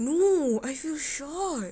no I feel short